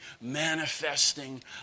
manifesting